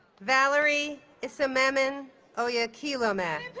valerie isimemen oyakhilome and